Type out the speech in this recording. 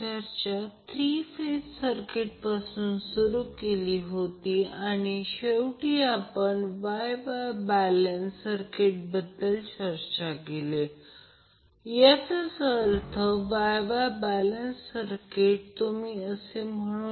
तर लाईनमध्ये एक 5 j 2 Ω इम्पिडन्स जोडलेला आहे हे कनेक्टेड आहे हे कनेक्टेड लोड 10 j 8Ω 10 j 8 Ω हे जोडलेले आहेत आणि हे कनेक्टेड सोर्स 110 अँगल0° 110 अँगल 120° 110 अँगल 240° जोडलेले आहेत